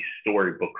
storybook